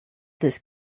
this